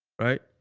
Right